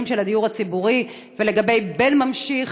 של הדיור הציבורי ולגבי בן ממשיך.